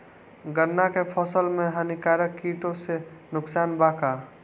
गन्ना के फसल मे हानिकारक किटो से नुकसान बा का?